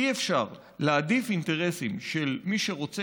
אי-אפשר להעדיף אינטרסים של מי שרוצה